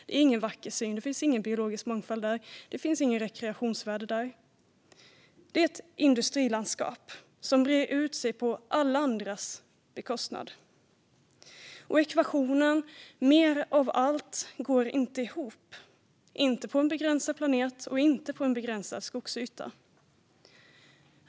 Det är ingen vacker syn, och det finns ingen biologisk mångfald eller något rekreationsvärde där. Det är ett industrilandskap som breder ut sig på alla andras bekostnad. Ekvationen mer av allt inte går ihop - inte på en begränsad planet och inte på en begränsad skogsyta.